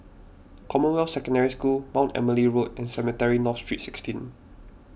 Commonwealth Secondary School Mount Emily Road and Cemetry North Street sixteen